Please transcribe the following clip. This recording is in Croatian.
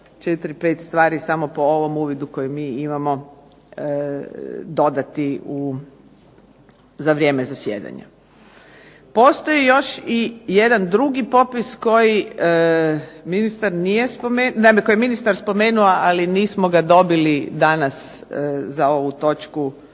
četiri, pet stvari samo po ovom uvidu koji mi imamo dodati za vrijeme zasjedanja. Postoji još i jedan drugi popis koji ministar nije, naime koji je ministar spomenuo ali nismo ga dobili danas za ovu točku